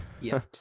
yes